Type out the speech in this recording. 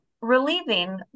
relieving